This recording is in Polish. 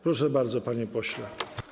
Proszę bardzo, panie pośle.